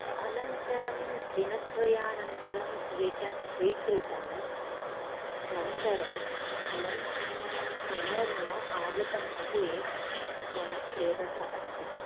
अनन्तरं दिनद्वयानन्तरं रिटर्न् स्वीकृतम् अनन्तरं धनं पुनर्न आगतम् इति मम खेदः अस्ति